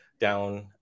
down